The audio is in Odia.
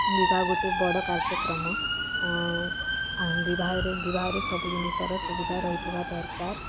ବିବାହ ଗୁଟେ ବଡ଼ କାର୍ଯ୍ୟକ୍ରମ ବିବାହରେ ବିବାହରେ ସବୁ ଜିନିଷର ସୁବିଧା ରହିଥିବା ଦରକାର୍